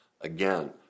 Again